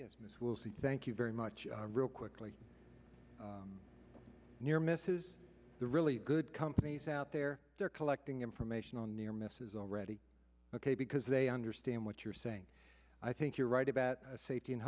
business will say thank you very much real quickly near misses the really good companies out there they're collecting information on near misses already ok because they understand what you're saying i think you're right about safety and